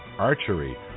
archery